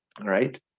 right